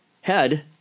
head